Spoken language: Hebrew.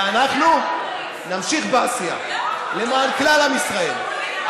ואנחנו נמשיך בעשייה למען כלל עם ישראל,